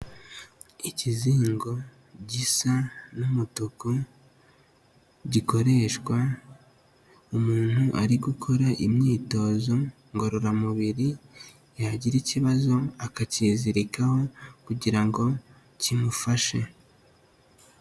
Ikizingo gisa n'umutuku gikoreshwa umuntu ari gukora imyitozo ngororamubiri, yagira ikibazo akakizirikaho kugira ngo kimufashe.